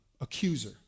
accuser